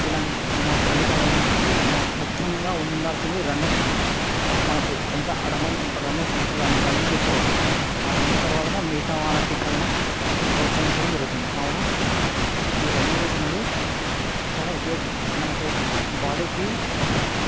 ఇలాం ఇలా పోలీస్ అవ్వడానికి ము ముఖ్యంగా ఉండాలిసింది రన్నింగ్ మనకు ఎంత రన్నింగ్ రన్నింగ్ ఫస్ట్ ర రన్నింగ్ చూస్తారు వాళ్ళు రన్నింగ్ తర్వాతనే మిగతా వాటిపైన ప్రోత్సహించడం జరుగుతుంది కావున ఈ రన్నింగ్ రేసనేది చాలా ఉపయోగం మనకు బాడీకి